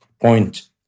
point